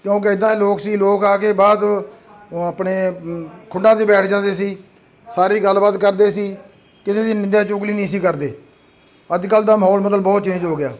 ਕਿਉਂਕਿ ਇੱਦਾਂ ਦੇ ਲੋਕ ਸੀ ਲੋਕ ਆ ਕੇ ਬਾਅਦ ਆਪਣੇ ਖੁੰਡਾਂ 'ਤੇ ਬੈਠ ਜਾਂਦੇ ਸੀ ਸਾਰੀ ਗੱਲਬਾਤ ਕਰਦੇ ਸੀ ਕਿਸੇ ਦੀ ਨਿੰਦਿਆ ਚੁਗਲੀ ਨਹੀਂ ਸੀ ਕਰਦੇ ਅੱਜ ਕੱਲ੍ਹ ਦਾ ਮਾਹੌਲ ਮਤਲਬ ਬਹੁਤ ਚੇਂਜ ਹੋ ਗਿਆ